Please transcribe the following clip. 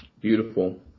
Beautiful